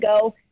go